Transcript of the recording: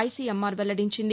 ICMR వెల్లదించింది